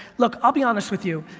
look, i'll be honest with you,